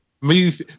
Move